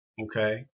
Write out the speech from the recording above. Okay